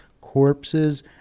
corpses